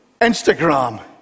Instagram